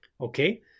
okay